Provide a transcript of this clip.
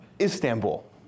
Istanbul